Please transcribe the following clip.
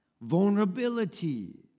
Vulnerability